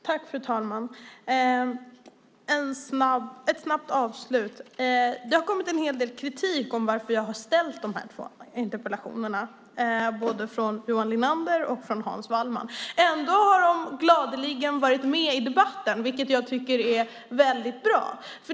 Fru talman! Jag ska göra ett snabbt avslut. Det har kommit en hel del kritik från både Johan Linander och Hans Wallmark mot att jag har ställt de två interpellationerna. Ändå har de gladeligen varit med i debatten, vilket jag tycker är väldigt bra.